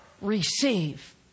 receive